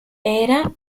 era